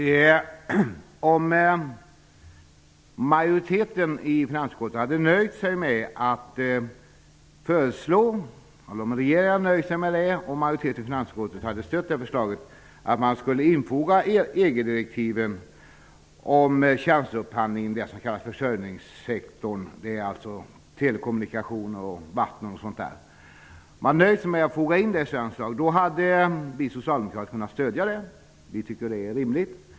Herr talman! Om majoriteten i finansutskottet hade nöjt sig med att föreslå att man skulle infoga EG direktiven om tjänsteupphandling -- det som kallas försörjningssektorn, dvs. telekommunikationer, vattenförsörjning osv. -- hade vi socialdemokrater kunnat stödja detta. Vi tycker att det hade varit rimligt.